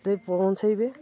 ତେବେ ପହଁଞ୍ଚେଇବେ